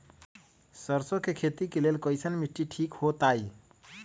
सरसों के खेती के लेल कईसन मिट्टी ठीक हो ताई?